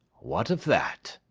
what of that!